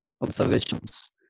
observations